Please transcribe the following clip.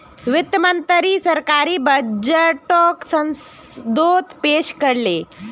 वित्त मंत्री सरकारी बजटोक संसदोत पेश कर ले